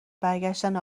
برگشتن